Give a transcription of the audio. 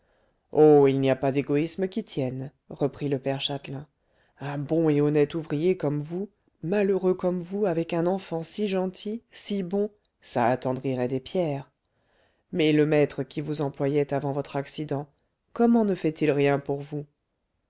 oh il n'y a pas d'égoïsme qui tienne reprit le père châtelain un bon et honnête ouvrier comme vous malheureux comme vous avec un enfant si gentil si bon ça attendrirait des pierres mais le maître qui vous employait avant votre accident comment ne fait-il rien pour vous